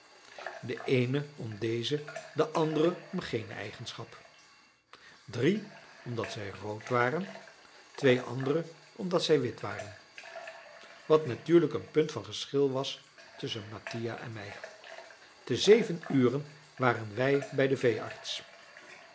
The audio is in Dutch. de eene om deze de andere om gene eigenschap drie omdat zij rood waren twee andere omdat zij wit waren wat natuurlijk een punt van geschil was tusschen mattia en mij te zeven ure waren wij bij den veearts